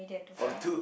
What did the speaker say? forty two